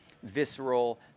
visceral